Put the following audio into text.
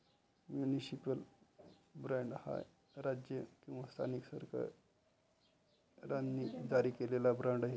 municipal bond हा राज्य किंवा स्थानिक सरकारांनी जारी केलेला बाँड आहे